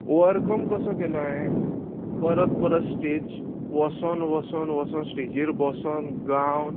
overcome कसो केलो हांयें परत परत स्टेज वोसोन वोसोन वोसोन स्टेजीर बोसोन गावन